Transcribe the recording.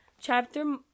chapter